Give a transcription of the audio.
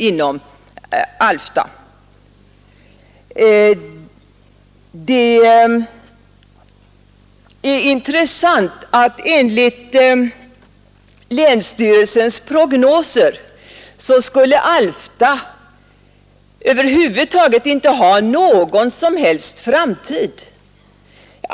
Det är intressant att konstatera, att enligt länsstyrelsens prognoser skulle Alfta över huvud taget inte ha någon framtid.